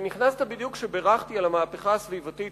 ונכנסת בדיוק כשבירכתי על המהפכה הסביבתית